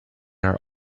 are